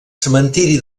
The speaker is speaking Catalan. cementiri